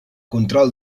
control